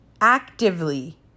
actively